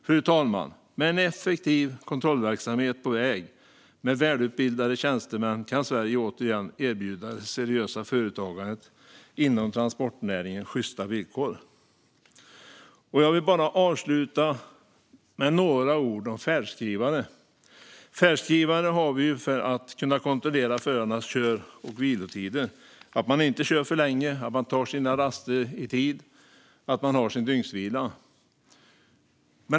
Fru talman! Med en effektiv kontrollverksamhet på väg med välutbildade tjänstemän kan Sverige återigen erbjuda det seriösa företagandet inom transportnäringen sjysta villkor. Jag vill avsluta med att säga några ord om färdskrivare. Vi har färdskrivare för att kunna kontrollera förarnas kör och vilotider. Det handlar om att de inte kör för länge, att de tar sina raster i tid och att de har sin dygnsvila.